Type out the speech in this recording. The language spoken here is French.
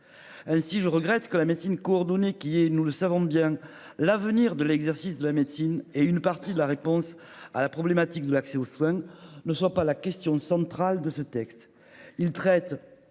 si je regrette que la médecine coordonnées qui est, nous le savons bien l'avenir de l'exercice de la médecine et une partie de la réponse à la problématique de l'accès aux soins ne soit pas la question centrale de ce texte il traite